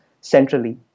centrally